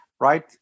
right